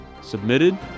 submitted